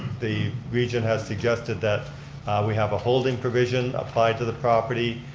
the region has suggested that we have a holding provision applied to the property.